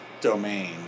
domain